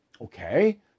Okay